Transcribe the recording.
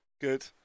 Good